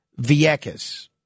Vieques